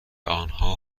آنها